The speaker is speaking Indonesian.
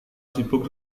sibuk